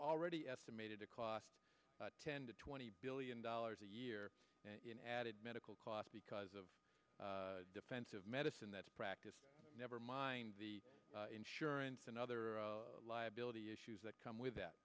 already estimated to cost ten to twenty billion dollars a year an added medical cost because of defensive medicine that's practiced never mind the insurance and other liability issues that come with that